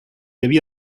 havia